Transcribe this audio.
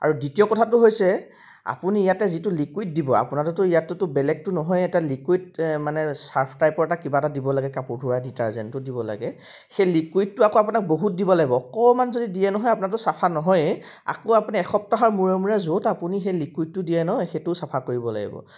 আৰু দ্বিতীয় কথাটো হৈছে আপুনি ইয়াতে যিটো লিকুইড দিব আপোনাৰটোতো ইয়াততো বেলেগটো নহয় এটা লিকুইড মানে চাৰ্ফ টাইপৰ এটা কিবা এটা দিব লাগে কাপোৰ ধোঁৱা ডিটাৰ্জেণ্টটো দিব লাগে সেই লিকুইডটো আকৌ আপোনাক বহুত দিব লাগিব অকণমান যদি দিয়ে নহয় আপোনাৰটো চাফা নহয়ে আকৌ আপুনি এসপ্তাহৰ মূৰে মূৰে য'ত আপুনি সেই লিকুইডটো দিয়ে নহয় সেইটোও চাফা কৰিব লাগিব